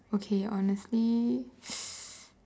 okay honestly